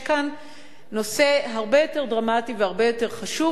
יש כאן נושא הרבה יותר דרמטי והרבה יותר חשוב,